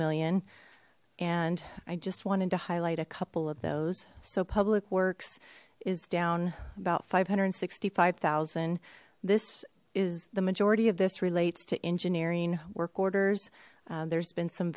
million and i just wanted to highlight a couple of those so public works is down about five hundred sixty five thousand this is the majority of this relates to engineering work orders there's been some